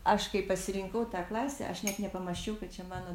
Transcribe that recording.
aš kai pasirinkau tą klasę aš net nepamąsčiau kad čia mano